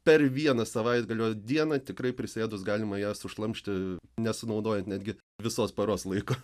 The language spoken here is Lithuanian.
per vieną savaitgalio dieną tikrai prisėdus galima ją sušlamšti nesunaudojant netgi visos paros laiko